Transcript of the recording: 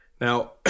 now